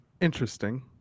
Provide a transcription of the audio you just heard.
interesting